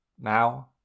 Now